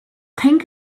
think